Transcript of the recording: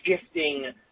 shifting